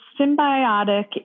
symbiotic